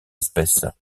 espèces